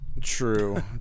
true